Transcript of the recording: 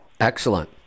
Excellent